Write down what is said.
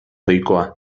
ohikoa